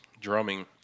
drumming